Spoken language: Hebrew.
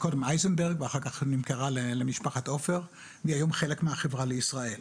קודם אייזנברג ואחר כך נמכרה למשפחת עופר והיא היום חלק מהחברה לישראל.